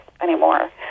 anymore